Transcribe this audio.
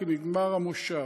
כי נגמר הכנס.